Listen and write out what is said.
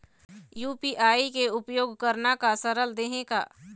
UPI के उपयोग करना का सरल देहें का?